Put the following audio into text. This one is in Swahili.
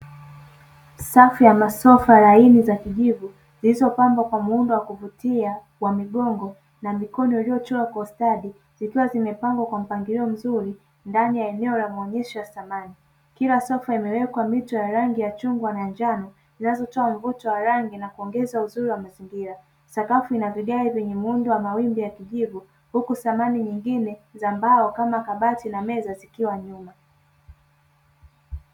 Safu ya masofa laini za kijivu zilizopangwa kwa muundo wa kuvutia wa migongo na mikono iliyochorwa kwa ustadi zikiwa zimepangwa kwa mpangilio mzuri ndani ya eneo la maonyesho ya samani, kila sofa imewekwa mito ya rangi ya chungwa na njano zinazotoa mvuto wa rangi na kuongeza uzuri wa mazingira, sakafu ina vigae vyenye muundo wa mawimbi ya kijivu huku samani nyingine za mbao kama kabati na meza zikiwa nyuma.